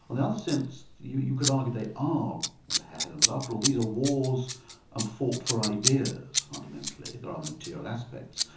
in the other sense, you you could argue they are relevant after all, these are wars um fought for ideas fundamentally. there are material aspects,